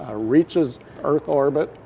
ah reaches earth orbit.